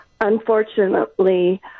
Unfortunately